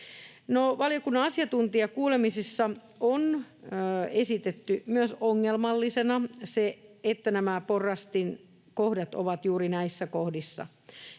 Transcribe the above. valiokunnan asiantuntijakuulemisissa on esitetty ongelmallisena myös se, että nämä porrastinkohdat ovat juuri näissä kohdissa.